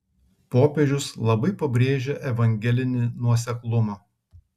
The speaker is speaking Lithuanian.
popiežius labai pabrėžia evangelinį nuoseklumą